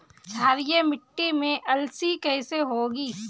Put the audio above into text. क्षारीय मिट्टी में अलसी कैसे होगी?